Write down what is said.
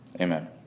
Amen